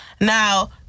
Now